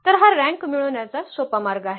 तर हा रँक मिळविण्याचा सोपा मार्ग आहे